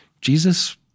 Jesus